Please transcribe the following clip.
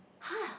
!huh!